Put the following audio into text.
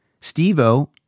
Steve-O